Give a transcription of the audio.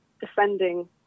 defending